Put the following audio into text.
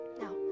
Now